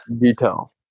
Detail